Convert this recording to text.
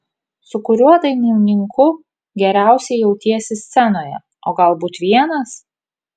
su kuriuo dainininku geriausiai jautiesi scenoje o galbūt vienas